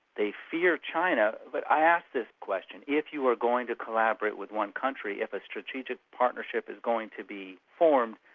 they fear china but i asked this question if you were going to collaborate with one country if a strategic partnership is going to be formed,